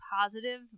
positive